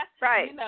Right